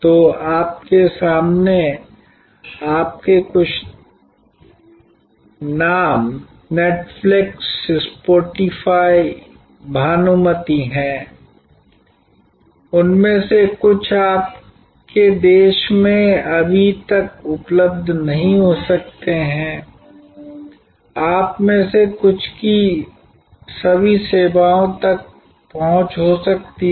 तो आपके सामने आपके कुछ नाम Netflix Spotify भानुमती हैं उनमें से कुछ आपके देश में अभी तक उपलब्ध नहीं हो सकते हैं आप में से कुछ की सभी सेवाओं तक पहुंच हो सकती है